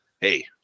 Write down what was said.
hey